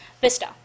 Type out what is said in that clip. Vista